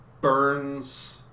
burns